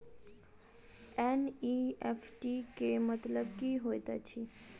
NEFT केँ मतलब की होइत अछि?